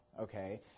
okay